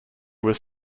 was